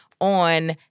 on